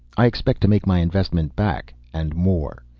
i expect to make my investment back, and more.